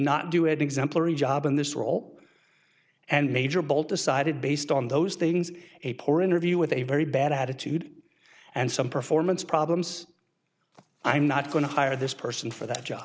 not do it exemplary job in this role and major bolt decided based on those things a poor interview with a very bad attitude and some performance problems i'm not going to hire this person for that job